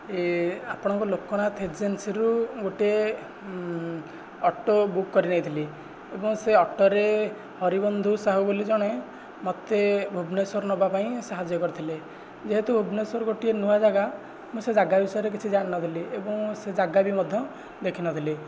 ଏ ଆପଣଙ୍କ ଲୋକନାଥ ଏଜେନ୍ସିରୁ ଗୋଟିଏ ଅଟୋ ବୁକ୍ କରିନେଇଥିଲି ଏବଂ ସେ ଅଟୋରେ ହରିବନ୍ଧୁ ସାହୁ ବୋଲି ଜଣେ ମୋତେ ଭୁବନେଶ୍ଵର ନେବା ପାଇଁ ସାହାଯ୍ୟ କରିଥିଲେ ଯେହେତୁ ଭୁବନେଶ୍ଵର ଗୋଟିଏ ନୂଆ ଯାଗା ମୁଁ ସେ ଯାଗା ବିଷୟରେ କିଛି ଜାଣିନଥିଲି ଏବଂ ସେ ଯାଗା ବି ମଧ୍ୟ ଦେଖିନଥିଲି